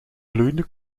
gloeiende